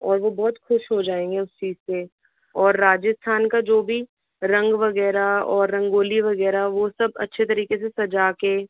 और वह बहुत खुश हो जाएंगे उस चीज़ से और राजस्थान का जो भी रंग वगैरह और रंगोली वगैरह वह सब अच्छे तरीके से सजा के